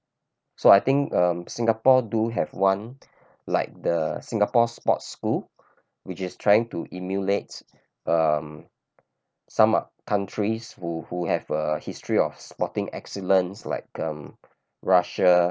so I think um singapore do have one like the singapore sports school which is trying to emulate um some countries who who have a history of sporting excellence like um Russia